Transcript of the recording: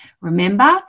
Remember